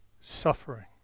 suffering